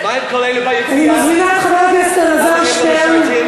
אני מזמינה את חבר הכנסת אלעזר שטרן,